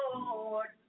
Lord